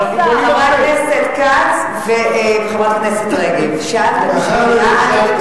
מה שרציתם לדעת, שום אישור.